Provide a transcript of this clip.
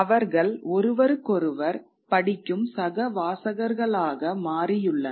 அவர்கள் ஒருவருக்கொருவர் படிக்கும் சக வாசகர்களாக மாறியுள்ளனர்